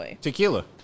tequila